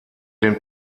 den